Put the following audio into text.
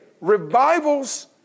revivals